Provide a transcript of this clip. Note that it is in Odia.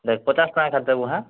ଦେଖ୍ ପଚାଶ୍ ଟଙ୍କା କାଟିଦେବୁ ହାଁ